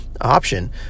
option